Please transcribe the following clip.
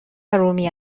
رومی